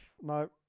no